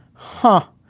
huh.